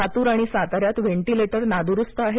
लातूर आणि सातान्यात व्हेंटीलेटर नादुरुस्त आहेत